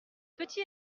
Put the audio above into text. petit